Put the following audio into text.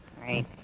Right